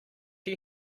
you